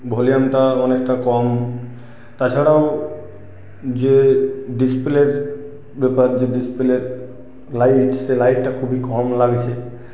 ভলিউমটা অনেকটা কম তাছাড়াও যে ডিসপ্লের ব্যাপার যে ডিসপ্লের লাইট সেই লাইটটা খুবই কম লাগছে